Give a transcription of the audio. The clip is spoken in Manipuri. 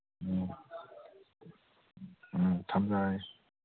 ꯎꯝ ꯎꯝ ꯊꯝꯖꯔꯒꯦ